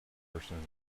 person